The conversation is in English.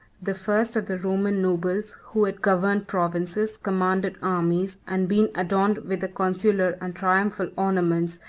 the first of the roman nobles, who had governed provinces, commanded armies, and been adorned with the consular and triumphal ornaments,